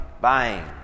buying